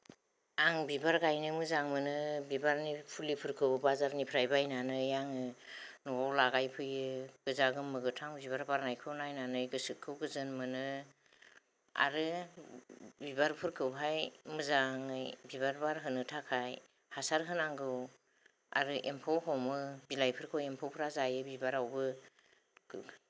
आं बिबार गायनो मोजां मोनो बिबारनि फुलिफोरखौ बाजारनिफ्राय बायनानै आङो न'आव लागायफैयो गोजा गोमो गोथां बिबार बारनायखौ नायनानै गोसोखौ गोजोन मोनो आरो बिबारफोरखौ मोजाङै बिबार बारहोनो थाखाय हासार होनांगौ आरो एम्फौ हमो बिलाइफोरखौ एम्फौफ्रा जायो बिबारावबो